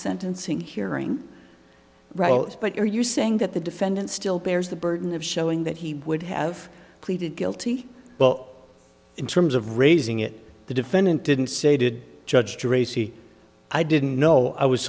sentencing hearing right but are you saying that the defendant still bears the burden of showing that he would have pleaded guilty but in terms of raising it the defendant didn't say did judge treacy i didn't know i was